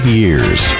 years